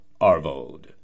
Arvold